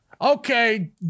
Okay